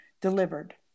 delivered